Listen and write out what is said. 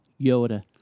Yoda